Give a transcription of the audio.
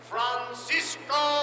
Francisco